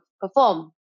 perform